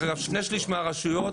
שני-שליש מהרשויות,